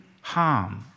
harm